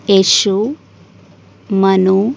Yashu Manu